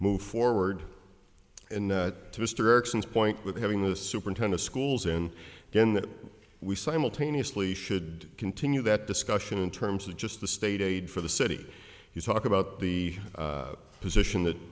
move forward and that mr eriksson's point with having the superintendent schools in again that we simultaneously should continue that discussion in terms of just the state aid for the city you talk about the position that